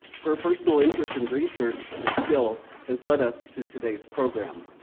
her personal interest in research and skill has lead us to today's program.